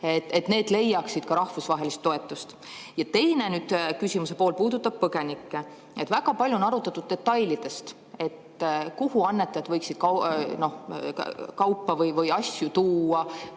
–, leiaksid ka rahvusvahelist toetust? Ja teine küsimuse pool puudutab põgenikke. Väga palju on arutatud detaile: kuhu annetajad võiksid kaupa või asju tuua,